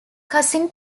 cousin